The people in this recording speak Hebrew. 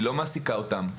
היא לא מעסיקה אותן.